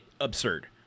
absurd